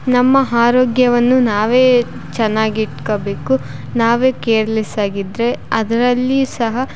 ನಮ್ಮ ಆರೋಗ್ಯವನ್ನು ನಾವೇ ಚೆನ್ನಾಗಿಟ್ಕಬೇಕು ನಾವೇ ಕೇರ್ಲೆಸ್ಸಾಗಿದ್ದರೆ ಅದರಲ್ಲಿಯೂ ಸಹ